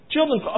Children